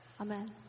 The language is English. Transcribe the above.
Amen